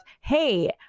Hey